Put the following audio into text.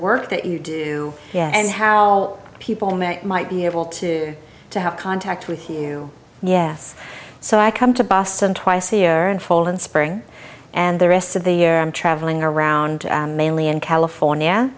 work that you do and how people may might be able to to have contact with you yes so i come to boston twice a year and fall and spring and the rest of the year i'm traveling around mainly in california